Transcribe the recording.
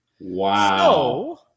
Wow